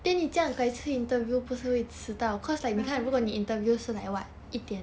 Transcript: right